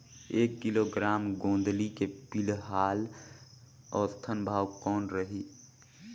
एक किलोग्राम गोंदली के फिलहाल औसतन भाव कौन रही?